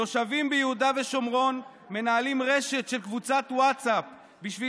תושבים ביהודה ושומרון מנהלים רשת של קבוצת ווטסאפ בשביל